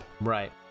Right